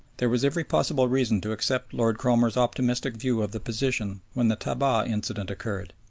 there was every possible reason to accept lord cromer's optimistic view of the position when the tabah incident occurred,